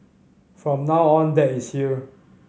from now on dad is here